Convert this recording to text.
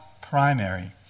primary